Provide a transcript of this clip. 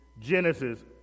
Genesis